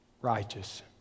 righteous